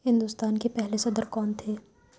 ہندوستان کے پہلے صدر کون تھے